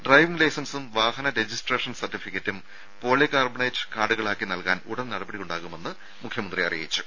driving ലൈസൻസും വാഹന registration സർട്ടിഫിക്കറ്റും പോളികാർബണേറ്റ് കാർഡുകളാക്കി നൽകാൻ ഉടൻ നടപടിയുണ്ടാകുമെന്നും മുഖ്യമന്ത്രി അറിയിച്ചു